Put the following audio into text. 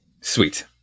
Sweet